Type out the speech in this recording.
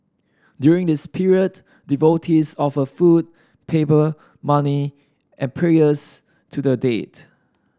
during this period devotees offer food paper money and prayers to the dead